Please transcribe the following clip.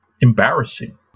embarrassing